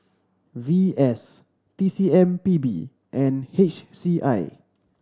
V S T C M P B and H C I